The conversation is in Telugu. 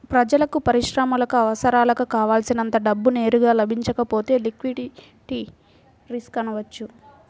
ప్రజలకు, పరిశ్రమలకు అవసరాలకు కావల్సినంత డబ్బు నేరుగా లభించకపోతే లిక్విడిటీ రిస్క్ అనవచ్చు